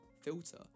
filter